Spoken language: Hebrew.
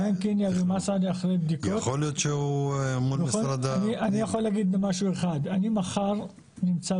יכול להיות שהוא --- אני יכול להגיד משהו אחד: אני מחר נמצא